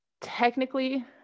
Technically